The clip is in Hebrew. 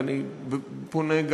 ואני פונה,